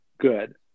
good